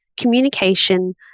communication